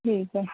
ठीक आहे